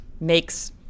makes